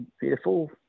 beautiful